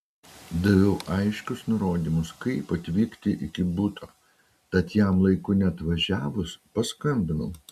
daviau aiškius nurodymus kaip atvykti iki buto tad jam laiku neatvažiavus paskambinau